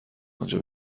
آنجا